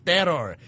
Terror